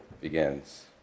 begins